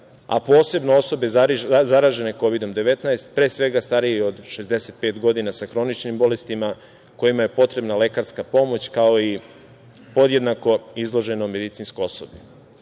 a posebno osobe zaražene Kovidom 19, pre svega stariji od 65 godina sa hroničnim bolestima kojima je potrebna lekarska pomoć, kao i podjednako izloženo medicinsko